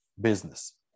business